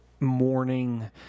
morning